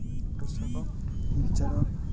କୃଷକ ବିଚାର